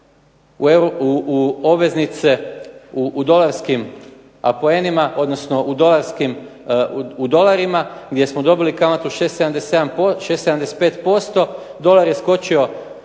u obveznice u dolarskim apoenima odnosno u dolarima gdje smo dobili kamatu 6,75%. Skočila